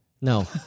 No